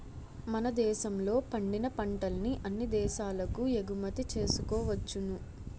మన దేశంలో పండిన పంటల్ని అన్ని దేశాలకు ఎగుమతి చేసుకోవచ్చును